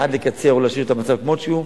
שהם בעד לקצר או להשאיר את המצב כמו שהוא,